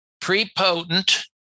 prepotent